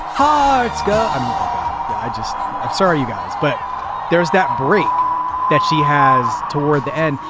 hearts i just i'm sorry, you guys, but there's that break that she has toward the end.